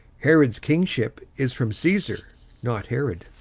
herod's kingship is from caesar not herod.